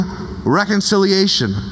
reconciliation